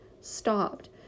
stopped